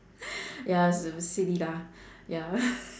ya so silly lah ya